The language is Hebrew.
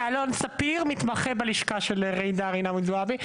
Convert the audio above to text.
אלון ספיר, מתמחה בלשכה של ג'ידא רינאוי זועבי.